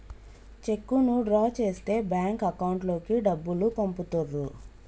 చెక్కును డ్రా చేస్తే bank account లోకి డబ్బులు పంపుతుర్రు